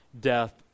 death